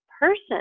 person